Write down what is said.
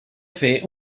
fer